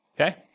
okay